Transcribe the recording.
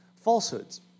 falsehoods